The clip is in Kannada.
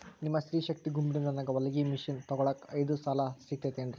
ನಿಮ್ಮ ಸ್ತ್ರೇ ಶಕ್ತಿ ಗುಂಪಿನಿಂದ ನನಗ ಹೊಲಗಿ ಮಷೇನ್ ತೊಗೋಳಾಕ್ ಐದು ಸಾಲ ಸಿಗತೈತೇನ್ರಿ?